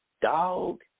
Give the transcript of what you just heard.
dog